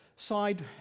side